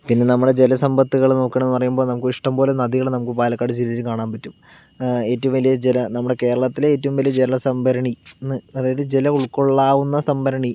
പിന്നെ നമ്മുടെ ജലസമ്പത്തുകൾ നോക്കുകയാണെന്നു പറയുമ്പോൾ നമുക്ക് ഇഷ്ടംപോലെ നദികൾ നമുക്ക് പാലക്കാട് ജില്ലയിൽ കാണാന് പറ്റും ഏറ്റവും വലിയ ജല നമ്മുടെ കേരളത്തിലെ ഏറ്റവും വലിയ ജലസംഭരണി എന്ന് അതായത് ജലം ഉള്ക്കൊള്ളാവുന്ന സംഭരണി